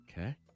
Okay